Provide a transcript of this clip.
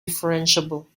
differentiable